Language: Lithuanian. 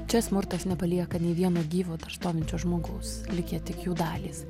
čia smurtas nepalieka nei vieno gyvo dar stovinčio žmogaus likę tik jų dalys